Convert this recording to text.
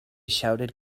shouted